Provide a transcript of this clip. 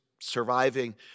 surviving